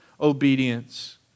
obedience